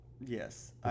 Yes